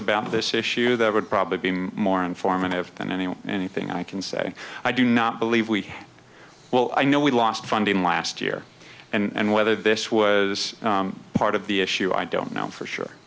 about this issue that would probably be more informative than anyone anything i can say i do not believe we have well i know we lost funding last year and whether this was part of the issue i don't know for sure